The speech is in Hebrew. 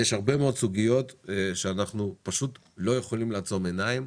יש הרבה מאוד סוגיות שאנחנו לא יכולים לעצום עיניים,